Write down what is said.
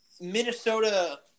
Minnesota –